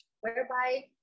whereby